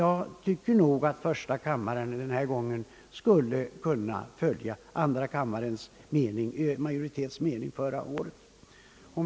Jag tycker nog att första kammaren denna gång skulle kunna följa den mening som andra kammarens majoritet bade förra året. Herr talman!